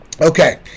Okay